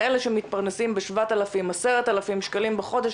כאלה שמתפרנסים ב-10,000-7,000 שקלים בחודש,